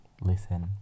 listen